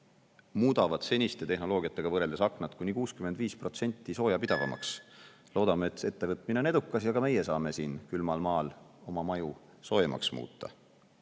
muudavad seniste tehnoloogiatega võrreldes aknad kuni 65% soojapidavamaks. Loodame, et see ettevõtmine on edukas ja ka meie saame siin külmal maal oma maju soojemaks muuta.